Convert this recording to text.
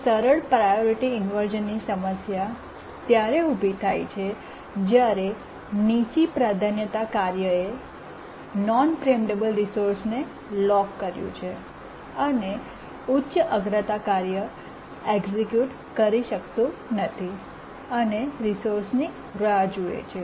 એક સરળ પ્રાયોરિટી ઇન્વર્શ઼નની સમસ્યા ત્યારે ઊભી થાય છે જ્યારે નીચા પ્રાધાન્યતા કાર્યએ નોન પ્રીએમ્પટેબલ રિસોર્સને લોક કર્યું છે અને ઉચ્ચ અગ્રતા કાર્ય એક્સિક્યૂટ કરી શકતું નથી અને રિસોર્સની રાહ જુએ છે